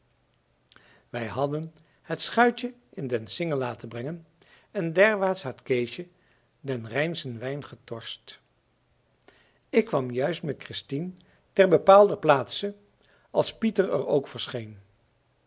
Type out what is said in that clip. wij hadden het schuitje in den singel laten brengen en derwaarts had keesje den rijnschen wijn getorst ik kwam juist met christien ter bepaalder plaatse als pieter er ook verscheen